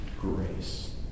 grace